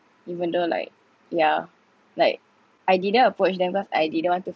even though like yeah like I didn't approach them cause I didn't want to